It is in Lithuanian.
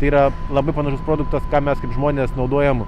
yra labai panašus produktas ką mes kaip žmonės naudojam